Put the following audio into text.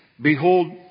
behold